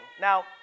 Now